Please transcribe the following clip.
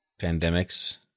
pandemics